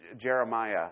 Jeremiah